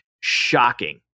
shocking